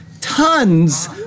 tons